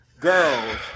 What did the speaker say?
Girls